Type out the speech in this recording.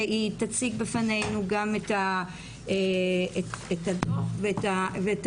שתציג בפנינו גם את הדו"ח ואת